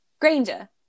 Granger